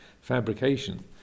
fabrication